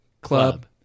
Club